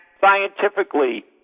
Scientifically